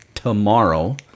tomorrow